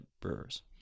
Brewers